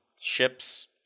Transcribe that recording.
ship's